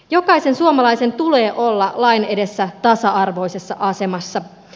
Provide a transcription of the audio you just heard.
jokaisen suomalaisen tulee olla lain edessä tasa arvoisessa asemassa